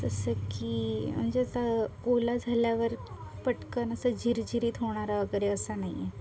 जसं की म्हणजे तो ओला झाल्यावर पटकन असा झिरझिरीत होणारा वगैरे असा नाही आहे